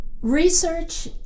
Research